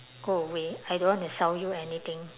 go away I don't want to sell you anything